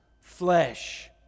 flesh